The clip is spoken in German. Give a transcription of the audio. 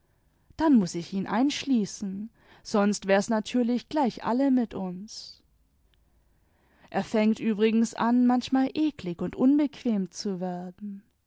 dann muß ich ihn einschließen sonst wär's natürlich gleich alle mit uns er fängt übrigens an manchmal eklig und unbequem zu werden